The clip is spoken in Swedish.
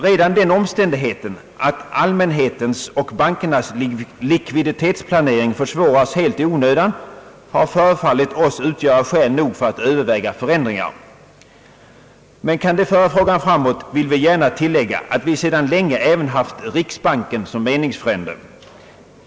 Redan den omständigheten att allmänhetens och bankernas likviditetsplanering försvåras helt i onödan har förefallit oss utgöra skäl nog för att överväga förändringar. Men kan det föra frågan framåt, vill vi gärna tilllägga att vi sedan länge även haft riksbanken som meningsfrände.